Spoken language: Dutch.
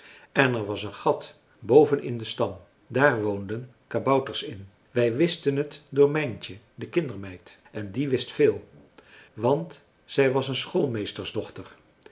en er was een gat boven in den stam daar woonden kabouters in wij wisten het door mijntje de kindermeid en die wist veel want zij was een